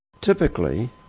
Typically